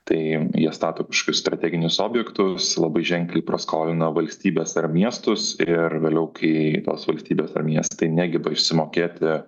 tai jie stato kažkokius strateginius objektus labai ženkliai praskolina valstybes ar miestus ir vėliau kai tos valstybės ar miestai negeba išsimokėti